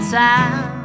time